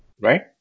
right